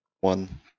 one